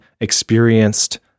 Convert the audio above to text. experienced